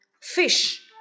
Fish